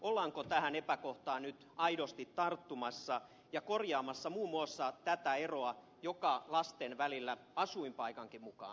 ollaanko tähän epäkohtaan nyt aidosti tarttumassa ja korjaamassa muun muassa tätä eroa joka lasten välillä asuinpaikankin mukaan on